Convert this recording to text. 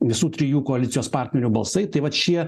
visų trijų koalicijos partnerių balsai taip vat šie